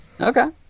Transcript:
Okay